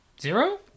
zero